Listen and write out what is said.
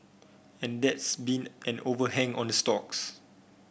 and that's been an overhang on the stocks